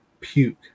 puke